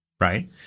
right